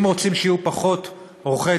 אם רוצים שיהיו פחות עורכי-דין,